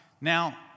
Now